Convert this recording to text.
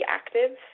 active